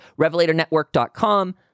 revelatornetwork.com